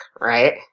right